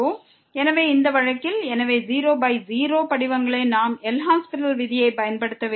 எனவே இந்த வழக்கில் எனவே 00 படிவங்களில் நாம் எல் ஹாஸ்பிடல் விதியைப் பயன்படுத்த வேண்டும்